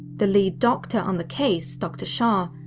the lead doctor on the case, dr. shah,